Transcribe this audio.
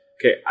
Okay